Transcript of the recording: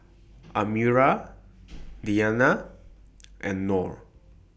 Amirah Diyana and Nor